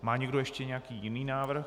Má někdo ještě nějaký jiný návrh?